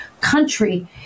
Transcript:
country